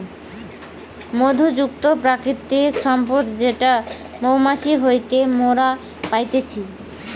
মধু যুক্ত প্রাকৃতিক সম্পদ যেটো মৌমাছি হইতে মোরা পাইতেছি